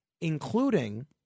including